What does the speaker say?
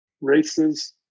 races